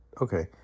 okay